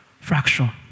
fraction